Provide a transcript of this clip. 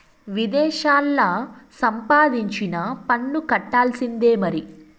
విదేశాల్లా సంపాదించినా పన్ను కట్టాల్సిందే మరి